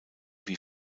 wie